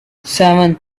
seven